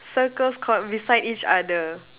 circles caught beside each other